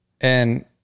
And-